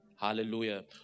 Hallelujah